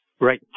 Right